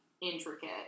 Intricate